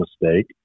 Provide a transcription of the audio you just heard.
mistake